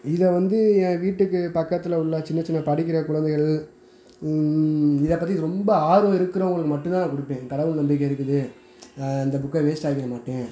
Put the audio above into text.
இதை வந்து என் வீட்டுக்கு பக்கத்தில் உள்ள சின்னச்சின்ன படிக்கிறக் குழந்தைகள் இதைப் பற்றி ரொம்ப ஆர்வம் இருக்கிறவங்களுக்கு மட்டும்தான் நான் கொடுப்பேன் கடவுள் நம்பிக்கை இருக்குது இந்த புக்கை வேஸ்ட்டாக்கிட மாட்டேன்